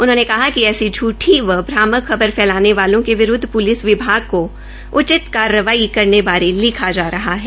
उन्होंने कहा कि ऐसी झूठी व भामक खबर फैलाने वालों के विरूद्व पुलिस विभाग को उचित कार्रवाई करने बारे लिखा जा रहा है